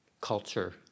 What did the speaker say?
culture